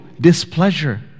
displeasure